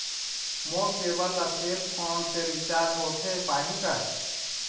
मोर cable ला cell phone से recharge होथे पाही का?